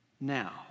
now